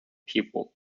people